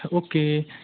okay